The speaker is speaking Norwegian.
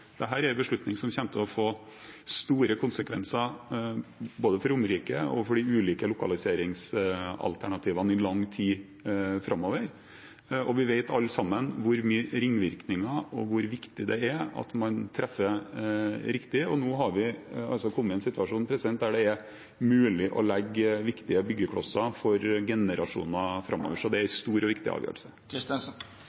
er en beslutning som kommer til å få store konsekvenser både for Romerike og for de ulike lokaliseringsalternativene i lang tid framover. Vi vet alle sammen hvor mye ringvirkninger det gir, og hvor viktig det er at man treffer riktig. Nå har vi altså kommet i en situasjon der det er mulig å legge viktige byggeklosser for generasjoner framover, så det er